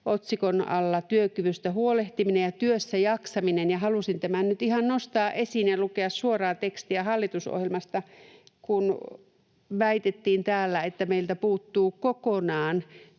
otsikon alla ”Työkyvystä huolehtiminen ja työssä jaksaminen”, ja halusin tämän nyt ihan nostaa esiin ja lukea suoraa tekstiä hallitusohjelmasta, kun täällä väitettiin, että meiltä puuttuu kokonaan